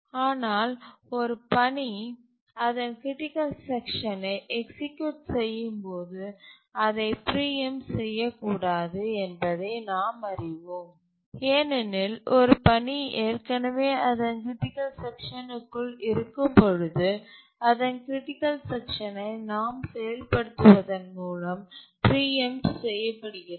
ஆனால் ஒரு பணி அதன் க்ரிட்டிக்கல் செக்ஷனை எக்சீக்யூட் செய்யும் போது அதை பிரீஎம்ட் செய்யக்கூடாது என்பதை நாம் அறிவோம் ஏனெனில் ஒரு பணி ஏற்கனவே அதன் க்ரிட்டிக்கல் செக்ஷனுக்குள் இருக்கும்பொழுது அதன் க்ரிட்டிக்கல் செக்ஷனை நாம் செயல்படுத்துவதன் மூலம் பிரீஎம்ட் செய்யப்படுகிறது